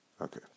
Okay